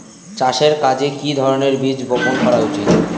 চাষের কাজে কি ধরনের বীজ বপন করা উচিৎ?